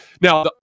now